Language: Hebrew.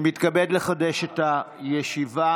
בוקר טוב, אדוני.